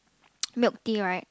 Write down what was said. milk tea right